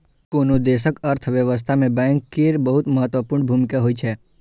कोनो देशक अर्थव्यवस्था मे बैंक केर बहुत महत्वपूर्ण भूमिका होइ छै